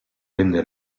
venne